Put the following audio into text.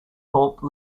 thorpe